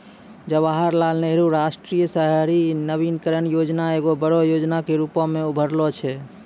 जवाहरलाल नेहरू राष्ट्रीय शहरी नवीकरण योजना एगो बड़ो योजना के रुपो मे उभरलो छै